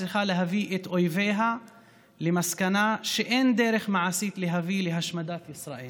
צריכה להביא את אויביה למסקנה שאין דרך מעשית להביא להשמדת ישראל